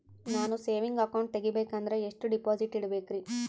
ನಾನು saving account ತೆಗಿಬೇಕಂದರ ಎಷ್ಟು ಡಿಪಾಸಿಟ್ ಇಡಬೇಕ್ರಿ?